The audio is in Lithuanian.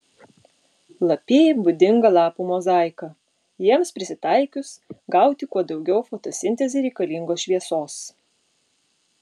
lapijai būdinga lapų mozaika jiems prisitaikius gauti kuo daugiau fotosintezei reikalingos šviesos